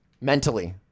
Mentally